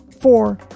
Four